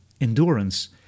endurance